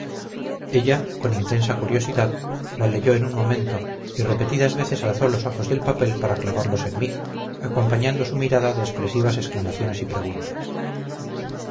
ella con intensa curiosidad la leyó en un momento y repetidas veces alzó los ojos del papel para clavarlos en mí acompañando su mirada de expresivas exclamaciones y preguntas